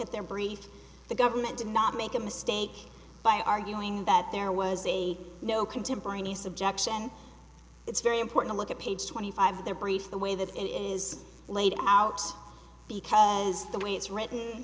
at their briefs the government did not make a mistake by arguing that there was a no contemporaneous objection it's very important look at page twenty five of their briefs the way that it is laid out because the way it's written